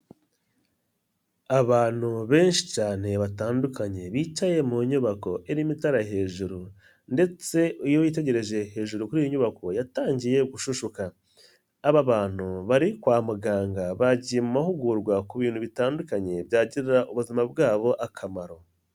Abantu benshi cyane batandukanye bicaye mu nyubako irimo itara hejuru ndetse iyo witegereje hejuru kuri iyi nyubako yatangiye gushushuka, aba bantu bari kwa muganga bagiye mu mahugurwa ku bintu bitandukanye byagirira ubuzima bwabo akamaro.